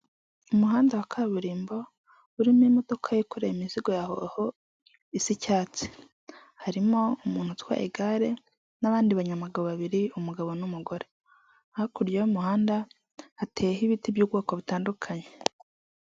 Umuhanda wa kaburimbo urimo imodoka yikoreye imizigo ya hoho isa icyatsi, harimo umuntu utwaye igare n'abandi banyamagabo babiri umugabo n'umugore, hakurya y'umuhanda hateyeho ibiti by'ubwoko butandukanye.